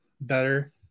better